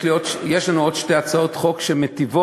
יש לנו עוד שתי הצעות חוק שמיטיבות,